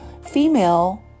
female